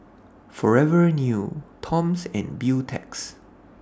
Forever New Toms and Beautex